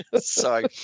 Sorry